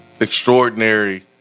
Extraordinary